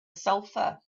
sulfur